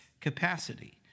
capacity